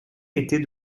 était